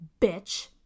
Bitch